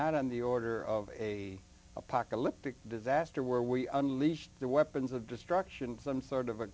not on the order of a apocalyptic disaster where we unleash the weapons of destruction some sort of a